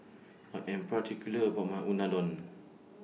I Am particular about My Unadon